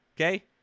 okay